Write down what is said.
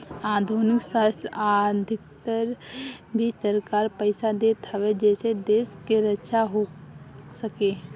आधुनिक शस्त्र खातिर भी सरकार पईसा देत हवे जेसे देश के रक्षा हो सके